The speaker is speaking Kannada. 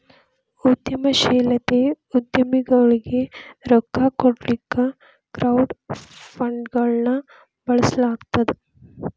ಉದ್ಯಮಶೇಲತೆ ಉದ್ಯಮಗೊಳಿಗೆ ರೊಕ್ಕಾ ಕೊಡ್ಲಿಕ್ಕೆ ಕ್ರೌಡ್ ಫಂಡ್ಗಳನ್ನ ಬಳಸ್ಲಾಗ್ತದ